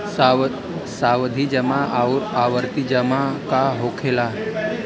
सावधि जमा आउर आवर्ती जमा का होखेला?